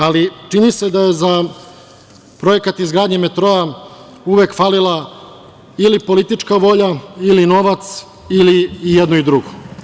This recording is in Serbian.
Ali, čini se da je za projekat izgradnje metroa uvek falila ili politička volja ili novac ili i jedno i drugo.